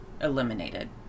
eliminated